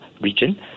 region